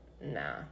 Nah